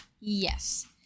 Yes